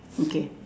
okay